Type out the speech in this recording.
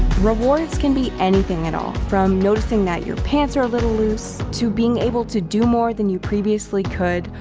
rewards can be anything at all, from noticing that your pants are a little loose, to being able to do more than you previously could,